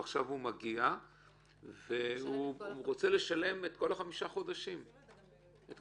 ועכשיו הוא מגיע והוא רוצה לשלם את כל החמישה חודשים אחורה.